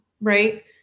right